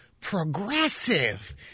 progressive